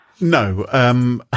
No